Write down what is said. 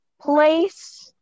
Place